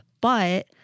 But-